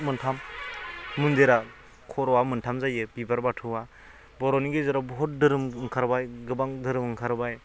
मोनथाम मन्दिरा खर' आ मोनथाम जायो बिबार बाथौआ बर' गेजेराव बहुद धोरोम ओंखारबाय गोबां धोरोम ओंखारबाय